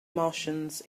martians